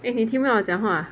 诶你听不到我讲话 ah